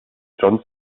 john